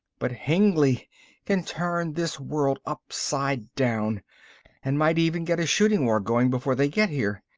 but hengly can turn this world upside down and might even get a shooting-war going before they get here.